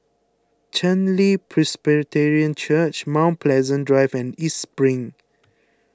Chen Li Presbyterian Church Mount Pleasant Drive and East Spring